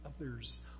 others